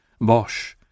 Bosch